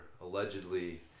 allegedly